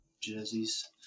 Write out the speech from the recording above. jerseys